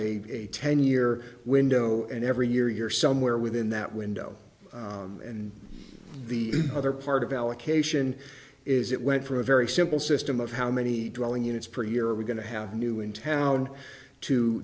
a ten year window and every year you're somewhere within that window and the other part of allocation is it went from a very simple system of how many drilling units per year are we going to have new in town to